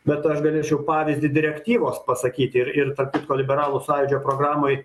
bet aš galėčiau pavyzdį direktyvos pasakyti ir ir tarp kitko liberalų sąjūdžio programoj